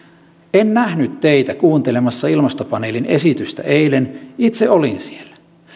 en nähnyt teitä kuuntelemassa ilmastopaneelin esitystä eilen itse olin siellä